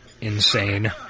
insane